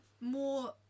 more